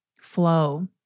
flow